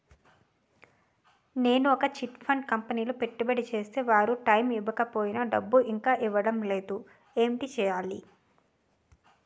నేను ఒక chit fund కంపెనీలో పెట్టుబడి చేస్తే వారు టైమ్ ఇవ్వకపోయినా డబ్బు ఇంకా ఇవ్వడం లేదు ఏంటి చేయాలి?